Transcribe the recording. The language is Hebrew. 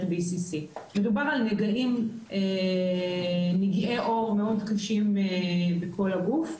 BCC. מדובר על נגעי עור מאוד קשים בכל הגוף,